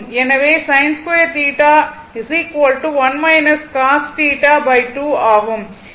எனவே sin2θ 1 cosθ2 ஆகும்